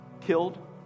killed